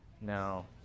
No